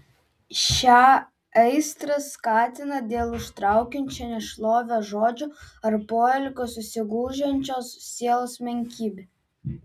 šią aistrą skatina dėl užtraukiančio nešlovę žodžio ar poelgio susigūžiančios sielos menkybė